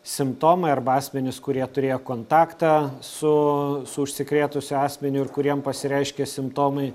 simptomai arba asmenys kurie turėjo kontaktą su su užsikrėtusiu asmeniu ir kuriem pasireiškė simptomai